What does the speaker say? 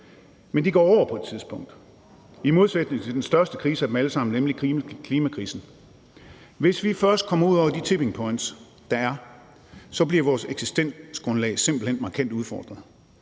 Men de går over på et tidspunkt i modsætning til den største krise af dem alle sammen, nemlig klimakrisen. Hvis vi først kommer ud over de tipping points, der er, så bliver vores eksistensgrundlag simpelt hen markant udfordret.